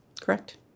Correct